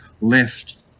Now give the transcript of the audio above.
left